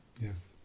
Yes